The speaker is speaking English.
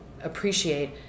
appreciate